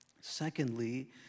Secondly